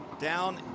down